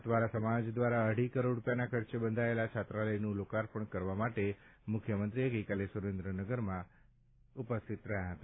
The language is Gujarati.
સતવારા સમાજ દ્વારા અઢી કરોડ રૂપિયાના ખર્ચે બંધાયેલા છાત્રાલયનું લોકાર્પણ કરવા માટે મુખ્યમંત્રી ગઈકાલે સુરેન્દ્રનગરમાં હાજર રહ્યા હતા